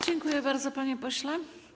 Dziękuję bardzo, panie pośle.